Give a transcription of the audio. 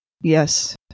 Yes